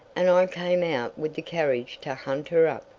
and i came out with the carriage to hunt her up.